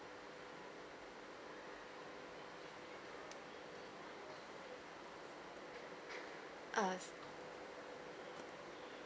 err